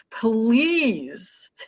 Please